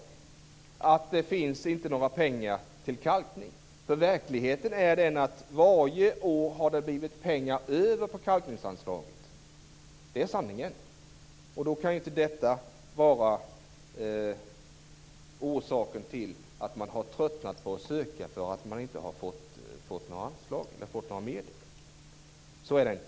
Man har sagt att det inte finns några pengar till kalkning. Verkligheten är den att det varje år har blivit pengar över på kalkninganslaget. Det är sanningen. Att man inte har fått några medel kan inte vara orsaken till att man har tröttnat på att söka. Så är det inte.